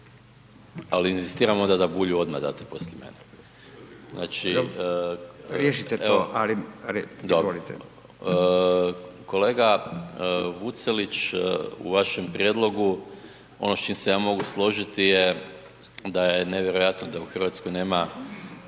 Ali inzistiram onda da Bulju odmah date poslije mene …/Upadica: Dobro, riješite to, ali recite, izvolite./… dobro, kolega Vucelić u vašem prijedlogu ono s čim se ja mogu složiti je da je nevjerojatno da u Hrvatskoj nema,